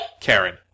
Karen